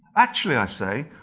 actually i say,